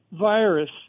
virus